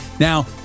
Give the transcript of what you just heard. Now